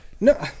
No